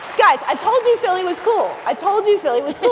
guys, i told you philly was cool. i told you philly was cool.